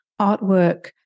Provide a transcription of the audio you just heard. artwork